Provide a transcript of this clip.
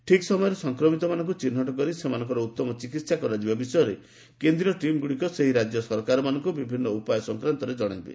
ଠିକ୍ ସମୟରେ ସଂକ୍ରମିତମାନଙ୍କୁ ଚିହ୍ନଟ କରି ସେମାନଙ୍କର ଉତ୍ତମ ଚିକିତ୍ସା କରାଯିବା ବିଷୟରେ କେନ୍ଦ୍ରୀୟ ଟିମ୍ ଗୁଡ଼ିକ ସେହି ରାଜ୍ୟ ସରକାରମାନଙ୍କୁ ବିଭିନ୍ନ ଉପାୟ ସଂକ୍ରାନ୍ତରେ ଜଣାଇବେ